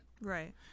Right